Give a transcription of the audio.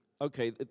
Okay